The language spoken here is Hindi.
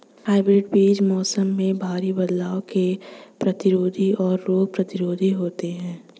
हाइब्रिड बीज मौसम में भारी बदलाव के प्रतिरोधी और रोग प्रतिरोधी होते हैं